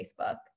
Facebook